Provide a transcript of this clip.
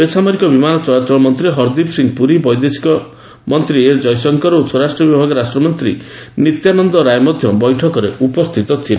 ବେସାମରିକ ବିମାନ ଚଳାଚଳ ମନ୍ତ୍ରୀ ହରଦୀପ ସିଂହ ପୁରୀ ବୈଦେଶିକ ମନ୍ତ୍ରୀ ଏସ୍ ଜୟଶଙ୍କର ଓ ସ୍ୱରାଷ୍ଟ୍ର ବିଭାଗ ରାଷ୍ଟ୍ରମନ୍ତ୍ରୀ ନିତ୍ୟାନନ୍ଦ ରାୟ ମଧ୍ୟ ବୈଠକରେ ଉପସ୍ଥିତ ଥିଲେ